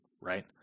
right